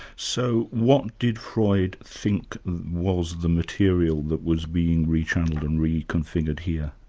so what did freud think was the material that was being re-channelled and reconfigured here?